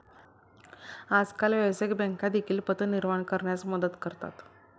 आजकाल व्यवसायिक बँका देखील पत निर्माण करण्यास मदत करतात